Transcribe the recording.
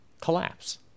collapse